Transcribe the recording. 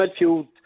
midfield